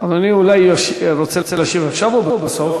אדוני רוצה להשיב עכשיו או בסוף?